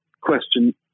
question